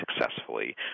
successfully